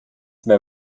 mehr